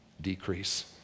decrease